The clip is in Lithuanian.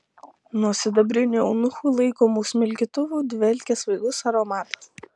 nuo sidabrinių eunuchų laikomų smilkytuvų dvelkė svaigus aromatas